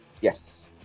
Yes